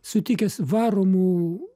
sutikęs varomų